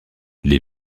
les